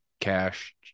cash